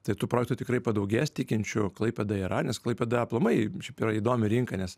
tai tų projektų tikrai padaugės tikinčių klaipėda yra nes klaipėda aplamai šiaip yra įdomi rinka nes